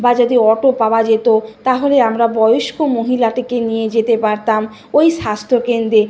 বা যদি অটো পাওয়া যেত তাহলে আমরা বয়স্ক মহিলাতেকে নিয়ে যেতে পারতাম ওই স্বাস্থ্যকেন্দ্রে